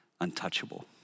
untouchable